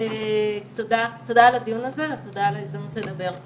תודה על הדיון הזה ותודה על ההזדמנות לדבר.